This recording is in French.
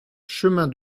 chemin